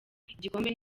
igikombe